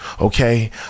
Okay